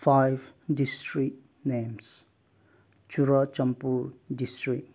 five district names Churachandpur district